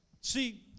See